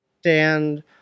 stand